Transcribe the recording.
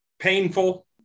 painful